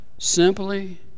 Simply